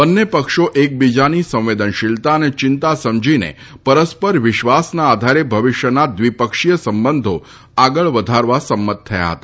બંને પક્ષો એકબીજાની સંવેદનશીલતા અને ચિંતા સમજીને પરસ્પર વિશ્વાસના આધારે ભવિષ્યના દ્વિપક્ષીય સંબંધો આગળ વધારવા સંમત થયા હતા